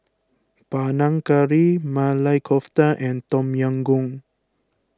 Panang Curry Maili Kofta and Tom Yam Goong